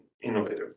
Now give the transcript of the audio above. innovative